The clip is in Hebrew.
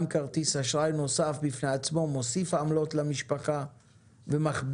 גם כרטיס אשראי נוסף בפני עצמו מוסיף עמלות למשפחה ומכביד